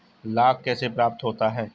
लाख कैसे प्राप्त होता है?